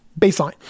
baseline